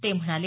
ते म्हणाले